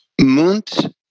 Munt